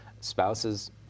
Spouses